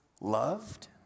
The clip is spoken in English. loved